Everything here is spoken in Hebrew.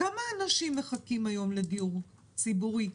כמה אנשים מחכים היום לדיור ציבורי?